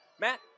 Matt